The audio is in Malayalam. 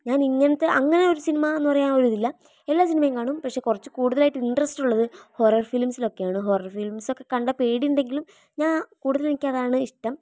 ഞാൻ ഇങ്ങനത്തെ അങ്ങനൊരു സിനിമായെന്ന് പറയാൻ ഒരിതില്ല എല്ലാ സിനിമയും കാണും പക്ഷേ കുറച്ച് കൂടുതലായിട്ട് ഇന്ററസ്റ്റ് ഉള്ളത് ഹൊറർ ഫിലിംസിലൊക്കെയാണ് ഹൊറർ ഫിലിംസ് ഒക്കെ കണ്ടാൽ പേടി ഉണ്ടെങ്കിലും ഞാൻ കൂടുതലും എനിക്ക് അതാണ് ഇഷ്ടം